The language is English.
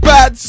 Bad